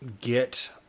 get